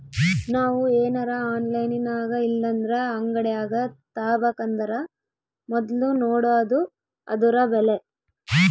ನಾವು ಏನರ ಆನ್ಲೈನಿನಾಗಇಲ್ಲಂದ್ರ ಅಂಗಡ್ಯಾಗ ತಾಬಕಂದರ ಮೊದ್ಲು ನೋಡಾದು ಅದುರ ಬೆಲೆ